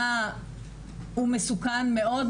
הוא מסוכן מאוד,